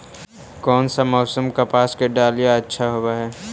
कोन सा मोसम कपास के डालीय अच्छा होबहय?